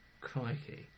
Crikey